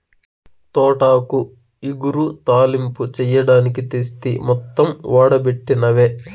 తోటాకు ఇగురు, తాలింపు చెయ్యడానికి తెస్తి మొత్తం ఓడబెట్టినవే